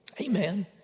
Amen